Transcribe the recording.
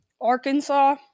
Arkansas